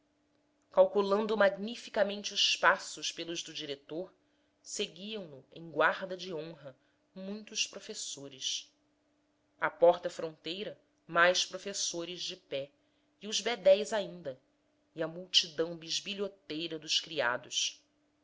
preto calculando magnificamente os passos pelos do diretor seguiam no em guarda de honra muitos professores à porta fronteira mais professores de pé e os bedéis ainda e a multidão bisbilhoteira dos criados